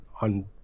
on